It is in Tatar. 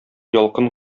ялкын